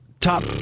top